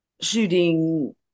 shooting